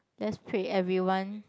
lets pray everyone